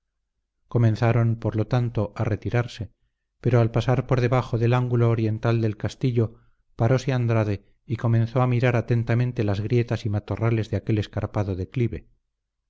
comenzaron por lo tanto a retirarse pero al pasar por debajo del ángulo oriental del castillo paróse andrade y comenzó a mirar atentamente las grietas y matorrales de aquel escarpado declive